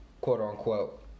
quote-unquote